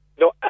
No